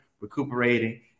recuperating